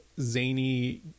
zany